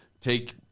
take